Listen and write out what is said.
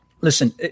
listen